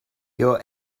your